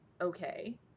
okay